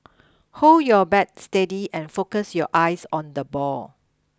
hold your bat steady and focus your eyes on the ball